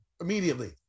immediately